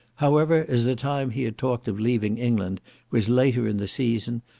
however, as the time he had talked of leaving england was later in the season,